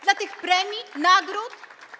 Dla tych premii, nagród?